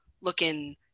looking